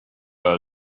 her